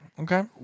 Okay